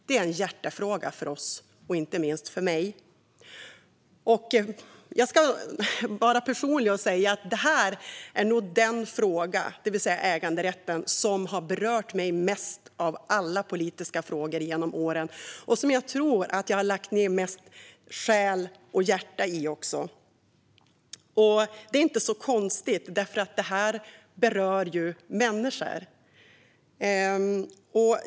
Det är en hjärtefråga för oss, inte minst för mig. Jag ska vara personlig och säga att äganderätten nog är den fråga som har berört mig mest av alla politiska frågor genom åren. Jag tror också att det är den som jag har lagt ned mest själ och hjärta i. Det är inte så konstigt, för det här berör människor.